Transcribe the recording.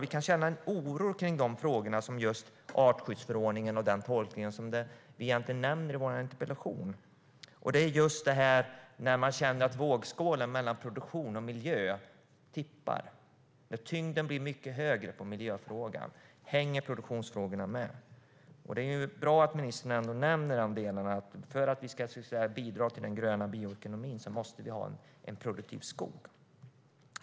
Vi kan känna en oro när det gäller frågor som artskyddsförordningen och den tolkning som jag nämner interpellationen, när man känner att vågskålen tippar över från produktion till miljö och när det blir en större tyngd på miljöfrågan. Hänger produktionsfrågorna med? Det är bra att ministern ändå nämner dessa delar. För att vi ska bidra till den gröna bioekonomin måste vi ha en produktiv skog.